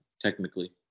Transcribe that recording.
technically